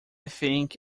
think